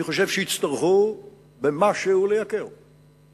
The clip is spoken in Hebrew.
אני חושב שיצטרכו לייקר במשהו,